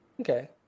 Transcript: okay